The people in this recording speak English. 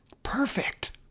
Perfect